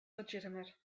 legitimate